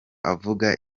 avuga